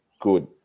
good